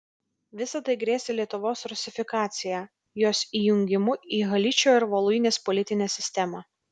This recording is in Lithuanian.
visa tai grėsė lietuvos rusifikacija jos įjungimu į haličo ir voluinės politinę sistemą